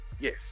Yes